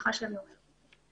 סליחה שאני אומרת את זה.